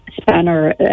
spanner